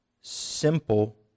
simple